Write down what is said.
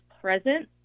present